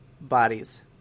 bodies